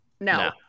no